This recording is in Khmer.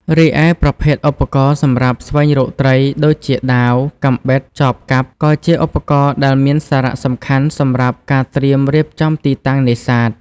រីឯប្រភេទឧបករណ៍សម្រាប់ស្វែងរកត្រី ដូចជាដាវ កាំបិត ចបកាប់ ក៏ជាឧបករណ៍ដែលមានសារៈសំខាន់សម្រាប់ការត្រៀមរៀបចំទីតាំងនេសាទ។